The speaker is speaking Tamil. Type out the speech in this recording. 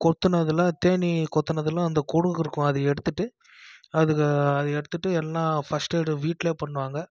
கொத்துனதில் தேனீ கொத்துனதில் அந்த கொடுக்கு இருக்கும் அதை எடுத்துவிட்டு அதுக்கு அதை எடுத்துவிட்டு எல்லாம் ஃபஸ்ட் எய்டும் வீட்லேயே பண்ணுவாங்க